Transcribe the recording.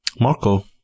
Marco